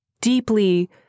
deeply